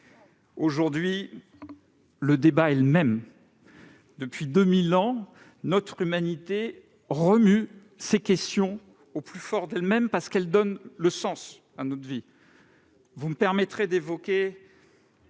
Aujourd'hui, le débat est le même. Depuis deux mille ans, notre humanité remue ces questions au plus profond d'elle-même parce qu'elles donnent sens à notre vie. Vous me permettrez d'évoquer